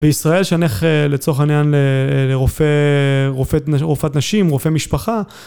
בישראל שאני הולך, לצורך העניין, ל... לרופא רופאת... רופאת נשים, רופא משפחה...